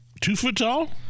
two-foot-tall